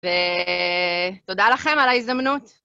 ותודה לכם על ההזדמנות.